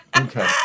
Okay